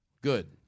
Good